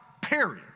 period